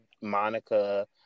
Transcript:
Monica